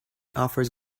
offers